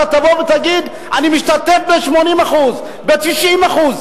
אתה תבוא ותגיד: אני משתתף ב-80%, ב-90%.